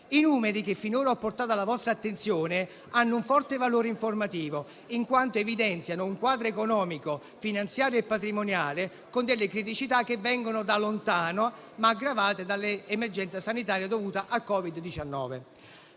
I numeri che finora ho portato alla vostra attenzione hanno un forte valore informativo, in quanto evidenziano un quadro economico, finanziario e patrimoniale con delle criticità che vengono da lontano, ma aggravate dall'emergenza sanitaria dovuta al Covid-19.